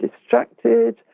distracted